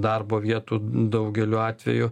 darbo vietų daugeliu atveju